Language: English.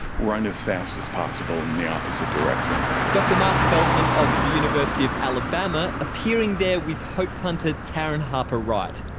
run as fast as possible in the opposite direction. dr marc feldman of the university of alabama, appearing there with hoax hunter taryn harper wright.